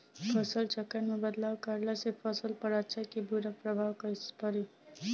फसल चक्र मे बदलाव करला से फसल पर अच्छा की बुरा कैसन प्रभाव पड़ी?